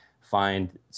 find